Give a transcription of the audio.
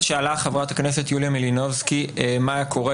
שאלה חברת הכנסת יוליה מלינובסקי מה היה קורה